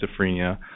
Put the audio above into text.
schizophrenia